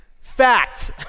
Fact